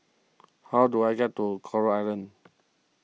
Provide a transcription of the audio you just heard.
how do I get to Coral Island